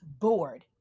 bored